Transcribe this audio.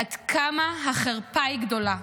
עד כמה החרפה היא גדולה.